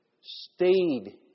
stayed